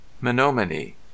Menominee